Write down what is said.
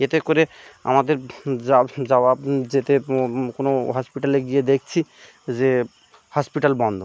এতে করে আমাদের যাওয়া যেতে কোনো হসপিটালে গিয়ে দেখছি যে হসপিটাল বন্ধ